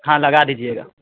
हाँ लगा दीजिएगा